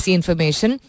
information